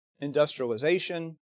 industrialization